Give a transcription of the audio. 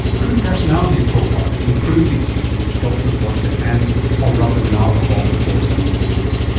could personality profiling improve the extent to which doctors wash their hands or rub them in alcohol before seeing patients?